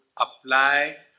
apply